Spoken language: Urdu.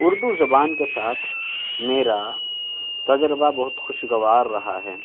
اردو زبان کے ساتھ میرا تجربہ بہت خوشگوار رہا ہے